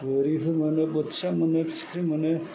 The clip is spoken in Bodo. गोरिबो मोनो बोथिया मोनो फिथिख्रि मोनो